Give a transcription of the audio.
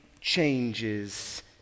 changes